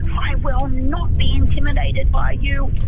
i will not be intimidated by you!